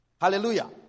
Hallelujah